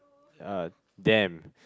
ya damn